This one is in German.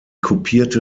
kopierte